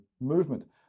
movement